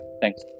thanks